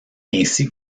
ainsi